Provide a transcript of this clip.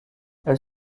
elle